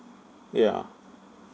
yeah